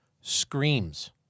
screams